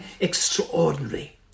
extraordinary